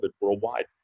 worldwide